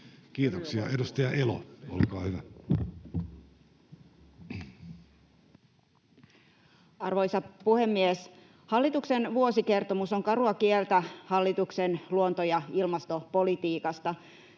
Time: 14:22 Content: Arvoisa puhemies! Hallituksen vuosikertomus on karua kieltä hallituksen luonto- ja ilmastopolitiikasta.